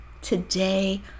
today